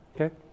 Okay